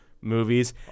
movies